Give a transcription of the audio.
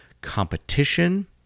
competition